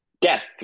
yes